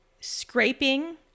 scraping